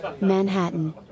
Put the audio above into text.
Manhattan